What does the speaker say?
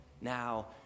now